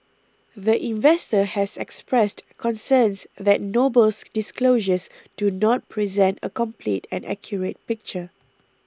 the investor has expressed concerns that Noble's disclosures do not present a complete and accurate picture